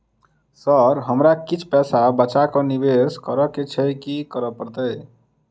Sir हमरा किछ पैसा बचा कऽ निवेश करऽ केँ छैय की करऽ परतै?